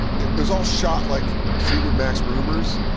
it was all shot like fleetwood mac's rumours.